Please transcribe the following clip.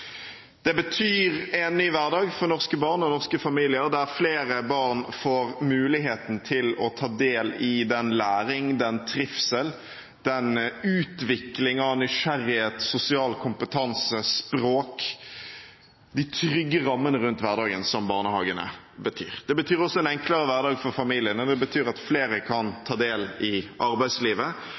Det betyr en ny hverdag for norske barn og for norske familier. Flere barn får muligheten til å ta del i den læringen, den trivselen, den utviklingen av nysgjerrighet, sosial kompetanse og språk, og de trygge rammene rundt hverdagen som barnehagene betyr. Det betyr også en enklere hverdag for familiene. Det betyr at flere kan ta del i arbeidslivet,